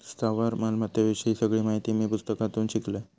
स्थावर मालमत्ते विषयी सगळी माहिती मी पुस्तकातून शिकलंय